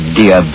dear